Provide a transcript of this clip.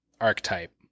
Archetype